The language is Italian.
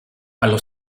allo